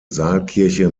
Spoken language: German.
saalkirche